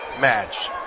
match